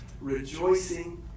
rejoicing